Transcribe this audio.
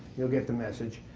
you'll get the message.